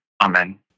Amen